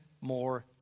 more